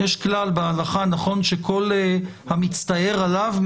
יש כלל בהלכה שכל המצטער עליו,